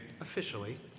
officially